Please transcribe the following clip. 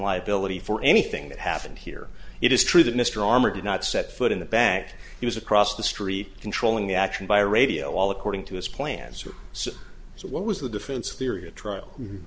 liability for anything that happened here it is true that mr armor did not set foot in the bank he was across the street controlling the action by radio all according to his plans so what was the defense theory a trial